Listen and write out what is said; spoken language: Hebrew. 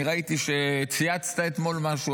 אני ראיתי שצייצת אתמול משהו,